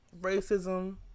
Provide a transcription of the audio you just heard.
Racism